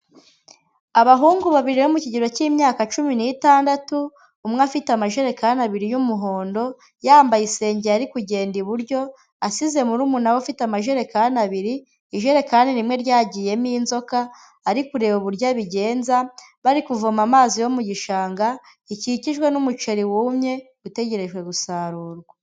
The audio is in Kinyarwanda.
Abahungu babiri bo mu kigero k'imyaka cumi n'itandatu, umwe afite amajerekani abiri y'umuhondo, yambaye isenge ari kugenda iburyo, asize murumuna we ufite amajerekani abiri; ijerekani rimwe ryagiyemo inzoka, ari kureba uburyo abigenza, bari kuvoma amazi yo mu gishanga gikikijwe n'umuceri wumye utegerejwe gusarurwa.